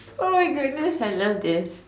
oh my goodness I love this